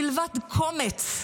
מלבד קומץ,